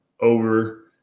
over